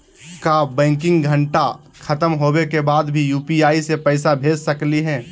का बैंकिंग घंटा खत्म होवे के बाद भी यू.पी.आई से पैसा भेज सकली हे?